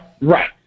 right